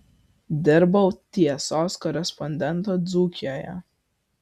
dirbau tiesos korespondentu dzūkijoje